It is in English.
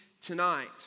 tonight